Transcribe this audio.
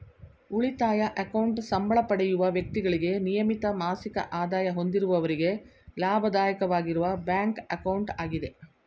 ಉಳಿತಾಯ ಅಕೌಂಟ್ ಸಂಬಳ ಪಡೆಯುವ ವ್ಯಕ್ತಿಗಳಿಗೆ ನಿಯಮಿತ ಮಾಸಿಕ ಆದಾಯ ಹೊಂದಿರುವವರಿಗೆ ಲಾಭದಾಯಕವಾಗಿರುವ ಬ್ಯಾಂಕ್ ಅಕೌಂಟ್ ಆಗಿದೆ